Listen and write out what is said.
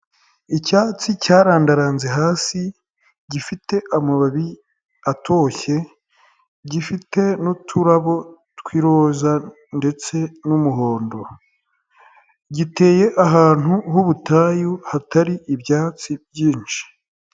Icyatsi cyarandaranze hasi, gifite amababi atoshye, gifite n'uturabo tw'iroza ndetse n'umuhondo. Giteye ahantu h'ubutayu, hatari ibyatsi byinshi.